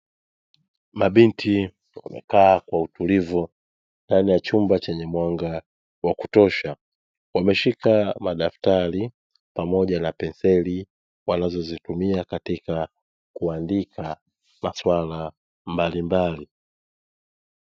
Mabinti wamekaa kwa utulivu ndani ya chumba chenye mwanga wa kutosha, wameshika madaftari pamoja na penseli wanazozitumia katika kuandika maswala mbalimbali.